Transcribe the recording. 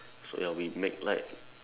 so ya we make like